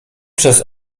przez